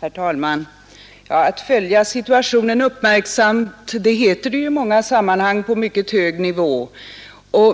Herr talman! Att man följer situationen uppmärksamt, heter det i många sammanhang på mycket hög nivå.